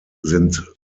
sind